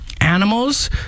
animals